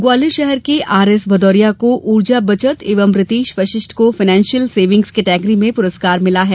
ग्वालियर शहर के R S Bhadauria को ऊर्जा बचत एवं रितेश वशिष्ठ को फायनेंशियल सेविंग्स केर्टेगरी में पुरस्कार मिला है